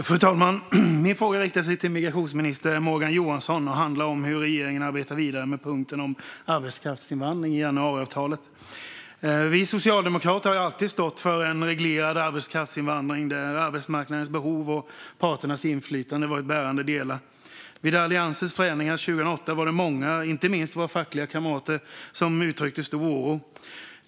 Fru talman! Min fråga riktar sig till migrationsminister Morgan Johansson och handlar om hur regeringen arbetar vidare med punkten i januariavtalet om arbetskraftsinvandring. Vi socialdemokrater har alltid stått för en reglerad arbetskraftsinvandring där arbetsmarknadens behov och parternas inflytande har varit bärande delar. Vid Alliansens förändringar 2008 var det många, inte minst våra fackliga kamrater, som uttryckte stor oro.